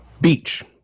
beach